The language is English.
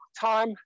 time